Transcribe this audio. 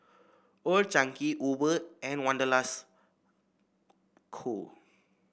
Old Chang Kee Uber and Wanderlust Co